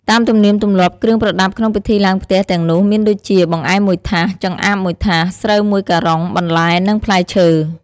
តាមទំនៀមទម្លាប់គ្រឿងប្រដាប់ក្នុងពិធីឡើងផ្ទះទាំងនោះមានដូចជា បង្អែម១ថាស ចម្អាប១ថាស ស្រូវ១ការុង បន្លែ និងផ្លែឈើ។